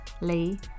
Lee